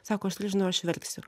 sako aš nežinau aš verksiu